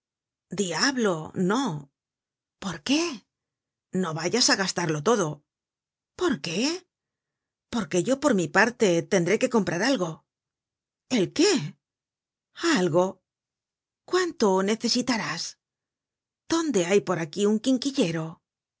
diablo no por qué no vayas á gastarlo todo por qué porque yo por mi parte tendré que comprar algo el qué algo cuánto necesitarás dónde hay por aquí un quinquillero